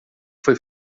foi